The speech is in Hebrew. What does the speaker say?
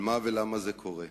על מה ולמה זה קורה?